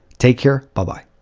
take care. bye-bye.